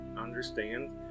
understand